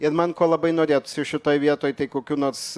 ir man ko labai norėtųsi šitoj vietoj tai kokių nors